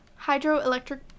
Hydroelectric